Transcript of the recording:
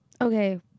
Okay